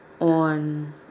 on